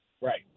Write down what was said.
Right